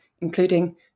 including